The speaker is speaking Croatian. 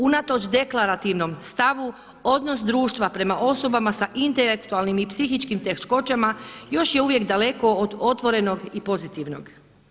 Unatoč deklarativnom stavu odnos društva prema osobama s intelektualnim i psihičkim teškoćama još je uvijek daleko od otvorenog i pozitivnog.